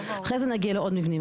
אחרי זה נגיע לעוד מבנים,